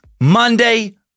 Monday